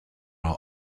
are